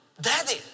Daddy